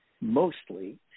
mostly